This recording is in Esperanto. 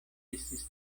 estis